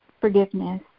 forgiveness